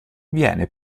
viene